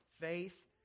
faith